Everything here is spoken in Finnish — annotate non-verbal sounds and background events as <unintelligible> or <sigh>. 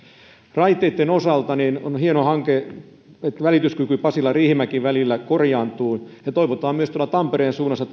raiteitten osalta on hieno hanke että välityskyky pasila riihimäki välillä korjaantuu toivotaan myös tampereen suunnassa <unintelligible>